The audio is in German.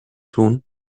tun